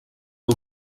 que